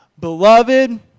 Beloved